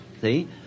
See